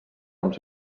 uns